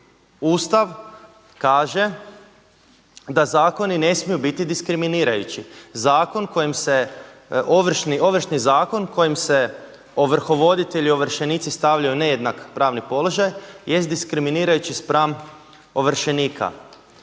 Ustav kaže da zakoni ne smiju biti diskriminirajući. Ovršni zakon kojim se ovrhovoditelji i ovršenici stavljaju u nejednak pravni položaj jest diskriminirajući spram ovršenika.